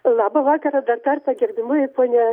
labą vakarą dar kartą gerbiamoji ponia